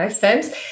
firms